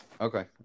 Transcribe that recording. Okay